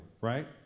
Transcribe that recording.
right